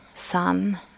sun